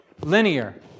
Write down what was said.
Linear